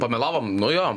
pamelavom nu jo